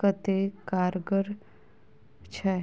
कतेक कारगर छै?